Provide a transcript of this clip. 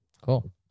cool